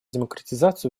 демократизацию